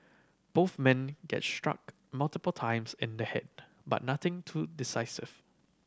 both men get struck multiple times in the head but nothing too decisive